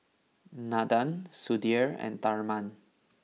Nandan Sudhir and Tharman